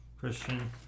Christian